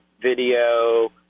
video